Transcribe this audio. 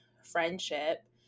friendship